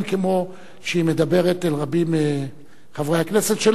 כמו שהיא מדברת אל רבים מחברי הכנסת,